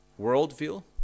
worldview